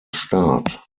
staat